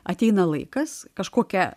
ateina laikas kažkokia